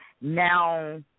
now